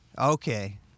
Okay